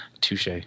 Touche